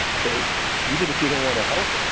so even if you don't want to help them,